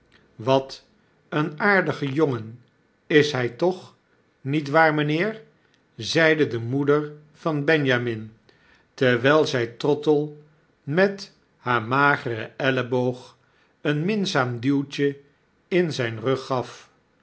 wat een aardige jongen is hy toch niet waar mynheer p zeide de moeder van benjamin terwyl zy trottle met haar mageren elleboog een minzaam duwtje in zijn rug gaf